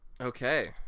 Okay